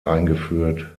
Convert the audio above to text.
eingeführt